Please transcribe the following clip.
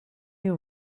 you